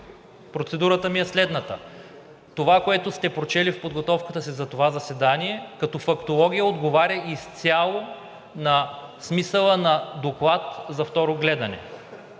процедурата ми е следната. Това, което сте прочели в подготовката си за това заседание, като фактология отговаря изцяло на смисъла на доклад за второ гледане